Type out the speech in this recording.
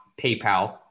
PayPal